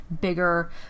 bigger